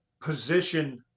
position